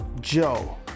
Joe